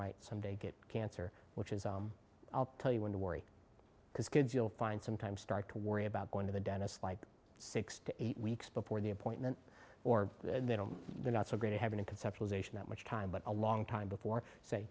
might someday get cancer which is i'm i'll tell you when to worry because kids you'll find sometimes start to worry about going to the dentist like six to eight weeks before the appointment or they don't they're not so great having a conceptualization that much time but a long time before say